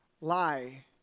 lie